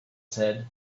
said